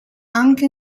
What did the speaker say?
anche